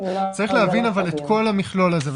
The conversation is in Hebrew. צריך להבין את כל המכלול הזה.